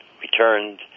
returned